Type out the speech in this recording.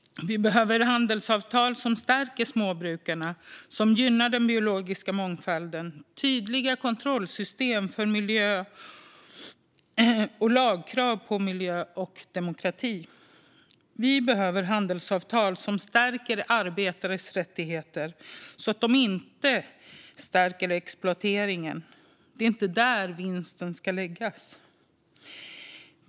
Vi behöver handelsavtal som stärker småbrukarna och gynnar den biologiska mångfalden genom tydliga kontrollsystem för miljön och lagkrav på miljöhänsyn och demokrati. Vi behöver handelsavtal som stärker arbetares rättigheter och inte exploatering. Det är inte där vinsten ska läggas.